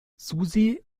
susi